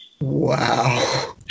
Wow